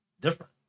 different